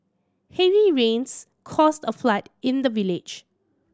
heavy rains caused a flood in the village